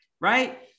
Right